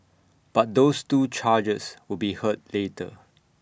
but those two charges will be heard later